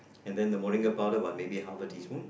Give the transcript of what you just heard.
and then the Moringa powder by maybe half a teaspoon